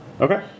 Okay